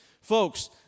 Folks